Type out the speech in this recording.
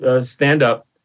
stand-up